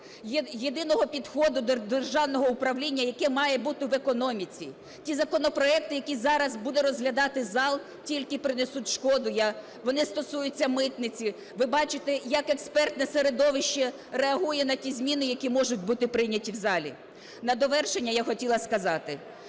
єдиного підходу до державного управління, які мають бути в економіці. Ті законопроекти, які зараз буде розглядати зал, тільки принесуть шкоду, вони стосуються митниці. Ви бачите, як експертне середовище реагує на ті зміни, які можуть бути прийняті в залі. На довершення я хотіла сказати.